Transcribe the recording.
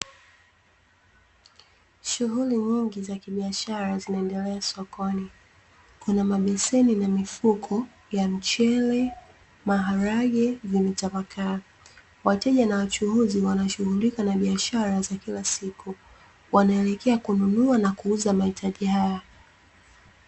Shughuli nyingi za kibiashara zinaendelea sokoni, kuna mabeseni na mifuko ya mchele, maharage vimetapakaa. Wateja na wachuuzi wanashughulika na biashara za kila siku. Wanaelekea kununua na kuuza mahitaji haya.